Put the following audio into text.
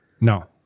No